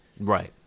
Right